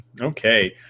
Okay